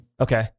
Okay